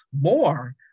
more